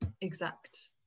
exact